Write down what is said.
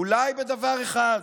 אולי בדבר אחד: